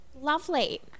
Lovely